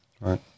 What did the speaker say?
right